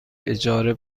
اجاره